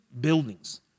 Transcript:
buildings